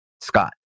Scott